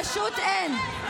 פשוט אין.